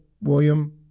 William